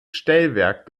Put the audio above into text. stellwerk